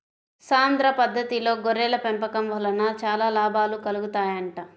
సాంద్ర పద్దతిలో గొర్రెల పెంపకం వలన చాలా లాభాలు కలుగుతాయంట